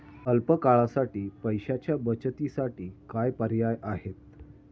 अल्प काळासाठी पैशाच्या बचतीसाठी काय पर्याय आहेत?